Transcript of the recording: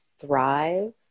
thrive